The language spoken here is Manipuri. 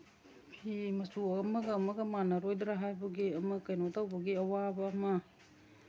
ꯐꯤ ꯃꯆꯨ ꯑꯃꯒ ꯑꯃꯒ ꯃꯥꯟꯅꯔꯣꯏꯗ꯭ꯔꯥ ꯍꯥꯏꯕꯒꯤ ꯑꯃ ꯀꯩꯅꯣ ꯇꯧꯕꯒꯤ ꯑꯋꯥꯕ ꯑꯃ